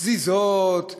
פזיזות אולי,